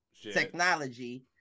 technology